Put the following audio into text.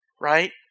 right